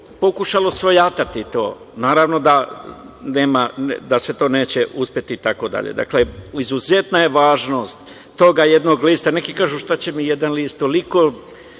pokušalo svojatati to. Naravno da se to neće uspeti. Dakle, izuzetna je važnost toga jednog lista. Neki kažu – šta će mi jedan list? Toliko